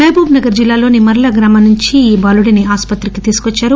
మహబూబ్ నగర్ జిల్లాలోని మర్ల గ్రామం నుంచి బాలుడిని ఆస్పత్రికి తీసుకొచ్చారు